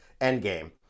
Endgame